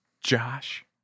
Josh